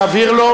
אני אעביר לו.